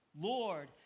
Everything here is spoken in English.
Lord